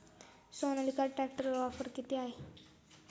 सोनालिका ट्रॅक्टरवर ऑफर किती आहे?